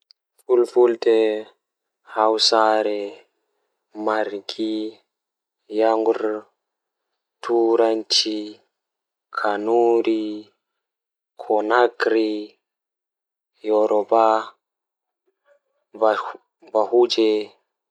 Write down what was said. Taalel taalel jannata booyel, Woodi goygoy wa feere don hula nastugo nder nyibre kanko ko nder sei ni odon joodi haa babal laddum oyida nastugo babal nyibre to o nasti nder haske bo odon hulna bikkon nden bikkon wari faami oyida nder nyibre nyede go kan be itti kulol be nangi mo be habbi be sakkini mo haa nder nyibre man.